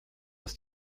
ist